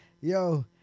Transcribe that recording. yo